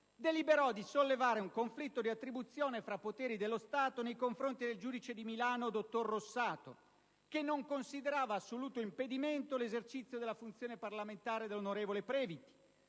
deliberò di sollevare un conflitto di attribuzione fra poteri dello Stato nei confronti del giudice di Milano dottor Rossato, che non considerava assoluto impedimento l'esercizio della funzione parlamentare dell'onorevole Previti.